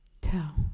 tell